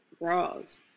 bras